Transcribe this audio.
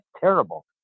terrible